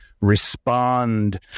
respond